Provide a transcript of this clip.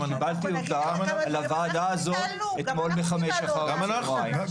קיבלתי הודעה לוועדה הזאת אתמול בחמש אחרי הצוהריים.